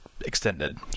extended